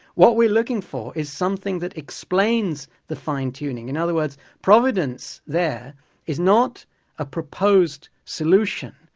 what we're looking for is something that explains the fine-tuning. in other words, providence there is not a proposed solution,